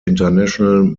international